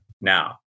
Now